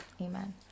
Amen